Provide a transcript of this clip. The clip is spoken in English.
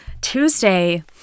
Tuesday